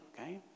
okay